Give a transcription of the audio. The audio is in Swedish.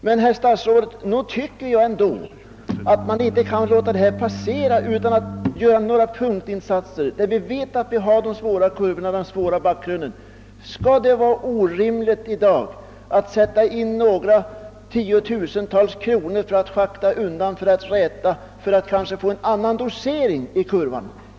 Men, herr statsråd, jag anser att vi inte kan låta det bero och underlåta att göra punktinsatser. Vi vet ju ändå att på denna vägsträcka finns svåra kurvor och backkrön. Skall det verkligen vara omöjligt att anslå några tiotal tusen kronor för att schakta undan jordmassor och räta kurvor och kanske få en annan dosering för att rädda människoliv?